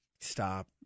Stop